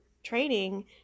training